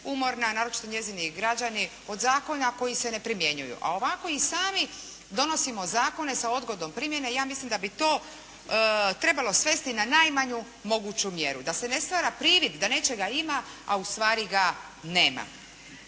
naročito njezini građani od zakona koji se ne primjenjuju. A ovako i sami donosimo zakone sa odgodom primjene. Ja mislim da bi to trebalo svesti na najmanju moguću mjeru da se ne stvara privid da nečega ima a ustvari ga nema.